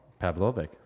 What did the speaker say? Pavlovic